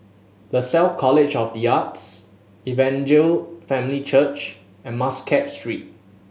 Lasalle College of The Arts Evangel Family Church and Muscat Street